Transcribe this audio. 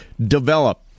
develop